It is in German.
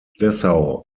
dessau